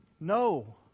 No